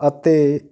ਅਤੇ